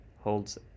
holds